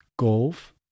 golf